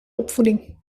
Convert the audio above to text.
opvoeding